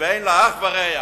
ואין לה אח ורע.